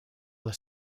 alla